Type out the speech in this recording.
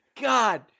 God